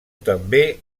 també